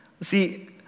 see